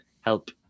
help